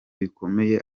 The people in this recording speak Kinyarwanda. bikomeye